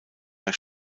jahr